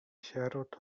sierot